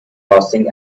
grossing